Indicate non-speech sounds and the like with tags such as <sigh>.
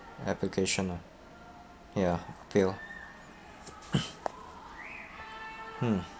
application ah ya appeal lor <noise> mm